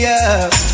up